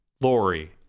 Lori